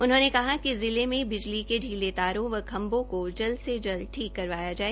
उन्होंने कहा कि जिले में बिजली के श्रीले तारों व खंभों को जल्द से जल्द ठीक करवाया जाए